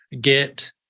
get